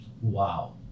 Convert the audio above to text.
Wow